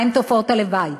מה הן תופעות הלוואי,